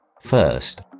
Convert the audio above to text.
First